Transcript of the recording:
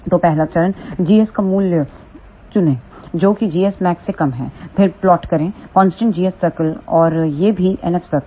तो पहला चरण gs का मूल्य चुने जो कि gs maxसे कम है फिर प्लॉट करें कांस्टेंट gs सर्कल और यह भी NF सर्कल